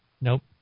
Nope